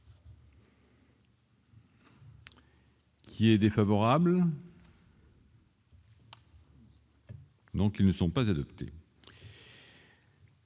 Qui est défavorable. Donc ils ne sont pas adaptées.